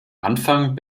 anfang